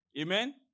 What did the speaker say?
Amen